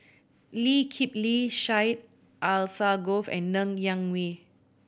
Lee Kip Lee Syed Alsagoff and Ng Yak Whee